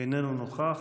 איננו נוכח.